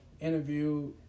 interview